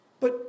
But